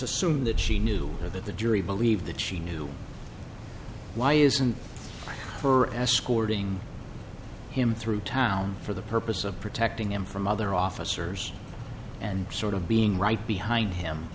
assume that she knew that the jury believed that she knew why isn't for escorting him through town for the purpose of protecting him from other officers and sort of being right behind him